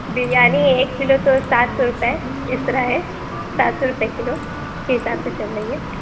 بریانی ایک كلو تو سات سو روپے اِس طرح ہے سات سو روپے کلو کے حساب سے چل رہی ہے